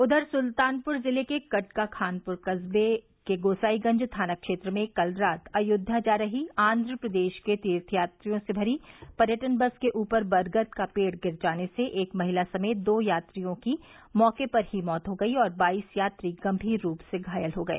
उधर सुल्तानप्र जिले के कटका खानप्र करबे के गोसाईगंज थाना क्षेत्र में कल रात अयोध्या जा रही आन्ध्रप्रदेश के तीर्थयात्रियों से भरी पर्यटन बस के ऊपर बरगद का पेड़ गिर जाने एक महिला समेत दो यात्रियों की मौके पर ही मौत हो गई और बाईस यात्री गंभीर रूप से घायल हो गए